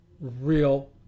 real